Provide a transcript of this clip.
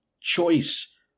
choice